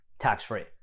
tax-free